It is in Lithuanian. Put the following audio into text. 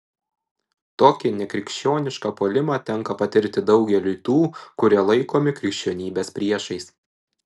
tokį nekrikščionišką puolimą tenka patirti daugeliui tų kurie laikomi krikščionybės priešais